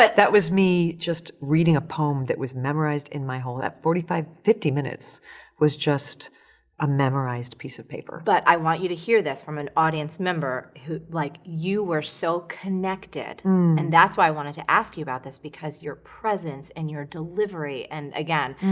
that that was me just reading a poem that was memorized in my whole, at forty five, fifty minutes was just a memorized piece of paper. but i want you to hear this from an audience member, like, you were so connected and that's why i wanted to ask you about this because your presence and your delivery and, again,